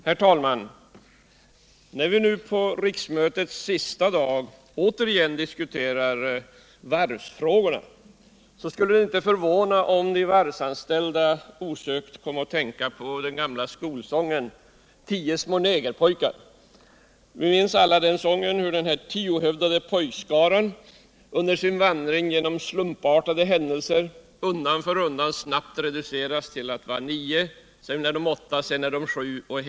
Herr talman! När vi nu på riksmötets sista dag återigen diskuterar frågan om de svenska varvens framtid, skulle det inte förvåna om de varvsanställda osökt kom att tänka på den gamla visan om tio små negerpojkar. Vi minns alla hur den tiohövdade pojkskaran under sin vandring genom slumpartade händelser undan för undan snabbt reducerades till nio, åtta osv.